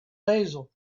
basil